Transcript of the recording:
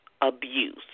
abuse